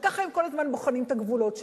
וככה הם כל הזמן בוחנים את הגבולות שלהם.